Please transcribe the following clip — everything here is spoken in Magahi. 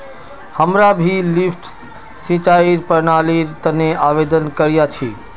हमरा भी लिफ्ट सिंचाईर प्रणालीर तने आवेदन करिया छि